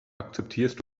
akzeptierst